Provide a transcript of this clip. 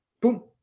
Boom